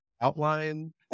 outline